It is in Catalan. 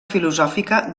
filosòfica